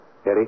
Eddie